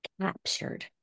captured